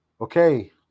okay